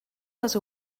les